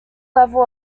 level